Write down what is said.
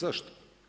Zašto?